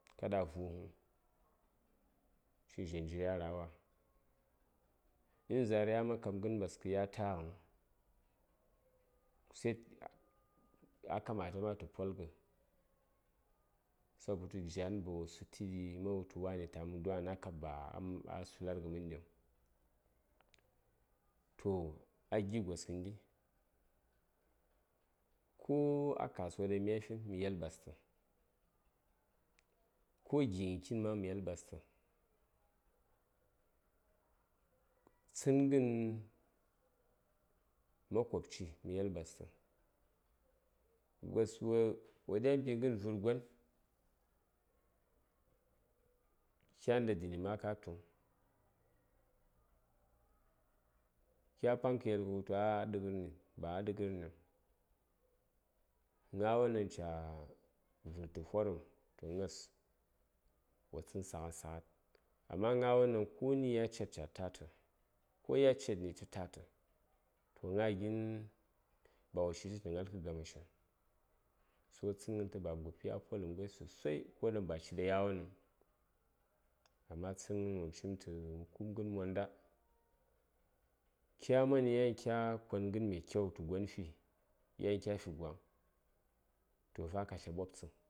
kaɗa a vuŋ shin zha njiri a rawa in za:r yaman kab gən ɓaskə ya tagən sai a kamata ma tə polghə sabotə jwan ba wo sutuɗi man wutu wani ta:mən don ana kab baa sularɗiŋ toh a gi gos kəndi ko a kasuwa ɗaŋ mya fin mə yel ɓastə ko jighən kitn ma mə yel ɓastə tsənghən makobci mə yel ɓastə gos wo diya mbighən vərgon kyan ɗa dəni ma ka tuŋ kya paŋ kə yel ka wutu ah a ɗəghərni ba a ɗəghərniŋ gnawon ɗaŋ ca vərtə forəm to gnas wo tsən saghat saghat amma gnawon ɗan koni ya ced ca tatə ko ni na ced tə tatə to gna gin ba wo shi shi gnal ghərwon nəkə gamashiŋ sai tsənghən tə baba gopi a poləm ghai sosai ko ɗaŋ ba ci ɗa yawonəŋ amma tsənghən wopm cimtə mə ku:b ghən monda kya mani yan kya kon ghən mai kyau tu gon fi yan kya fi gwaŋ tohfa ka tlya ɓobtsə